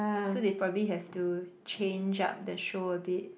so they probably have to change up the show a bit